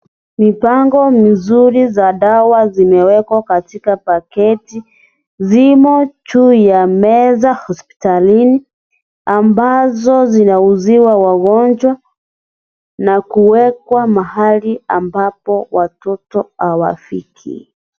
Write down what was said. Mipango mizuri ya dawa zimewekwa katika paketi, zimo juu ya meza hospitalini ambazo zinauziwa wangonjwa na kuwekwa mahali ambapo watoto hawafiki.